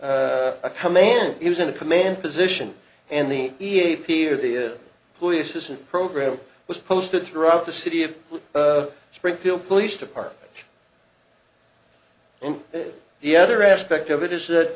e a command he was in a command position and the e a p of the police isn't program was posted throughout the city of springfield police department and the other aspect of it is that